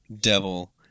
Devil